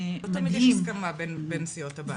זה מדהים -- לא תמיד יש הסכמה בין סיעות הבית.